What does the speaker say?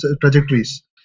trajectories